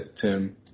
Tim